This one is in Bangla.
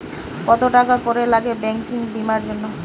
কত টাকা করে লাগে ব্যাঙ্কিং বিমার জন্য?